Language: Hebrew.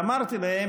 ואמרתי להם,